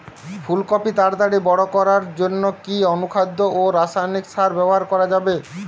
ফুল কপি তাড়াতাড়ি বড় করার জন্য কি অনুখাদ্য ও রাসায়নিক সার ব্যবহার করা যাবে?